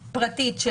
ופרטית,